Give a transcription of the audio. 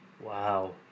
Wow